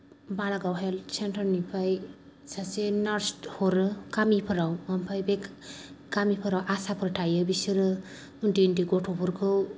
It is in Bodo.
बालागाव हेल्थ सेन्टार निफ्राय सासे नार्स हरो गामिफोराव ओमफ्राय बे गामिफोराव आसाफोर थायो बेसोरो उन्दै उन्दै गथ'फोरखौ